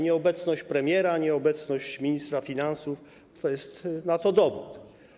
Nieobecność premiera, nieobecność ministra finansów to jest na to dowód.